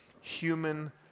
human